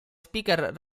speaker